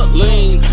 lean